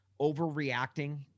overreacting